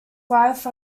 wife